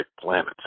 planets